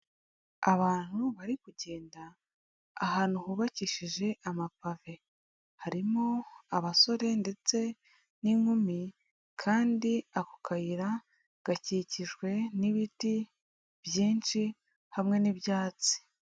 Abantu bari kugenda ahantu hubakishije amapave, harimo abasore ndetse n'inkumi, kandi ako kayira gakikijwe n'ibiti byinshi hamwe n'ibyatsi.